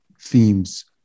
themes